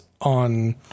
on